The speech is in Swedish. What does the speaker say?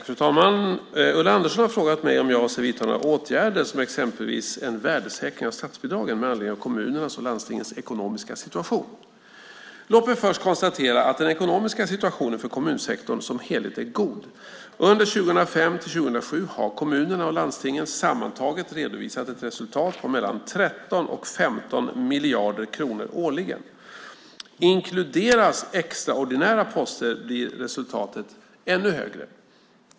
Fru talman! Ulla Andersson har frågat mig om jag avser att vidta några åtgärder, som exempelvis en värdesäkring av statsbidragen, med anledning av kommunernas och landstingens ekonomiska situation. Låt mig först konstatera att den ekonomiska situationen för kommunsektorn som helhet är god. Under 2005-2007 har kommunerna och landstingen sammantaget redovisat ett resultat på mellan 13 och 15 miljarder kronor årligen. Inkluderas extraordinära poster blir resultatet ännu högre.